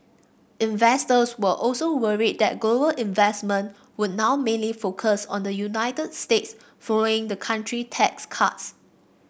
investors were also worried that global investment would now mainly focused on the United States following the country tax cuts